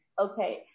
Okay